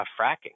fracking